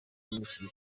minisitiri